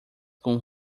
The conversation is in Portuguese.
com